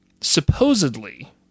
Supposedly